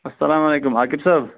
اَلسلامُ علیکُم عاقِب صٲب